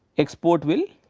export will